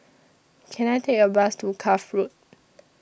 Can I Take A Bus to Cuff Road